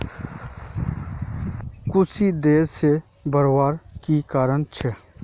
कुशी देर से बढ़वार की कारण छे?